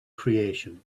creation